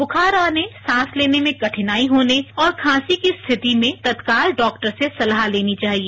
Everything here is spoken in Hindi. बुखार आने सांस लेने में कठिनाई होने और खांसी की स्थिति में तत्काल डॉक्टर से सलाह लेनी चाहिए